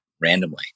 randomly